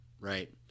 Right